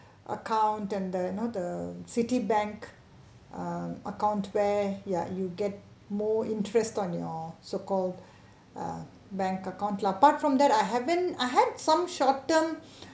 account and the you know the Citibank err account bear ya you get more interest on your so called uh bank account lah apart from that I had some short term